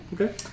Okay